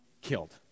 killed